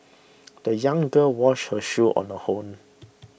the young girl washed her shoes on her own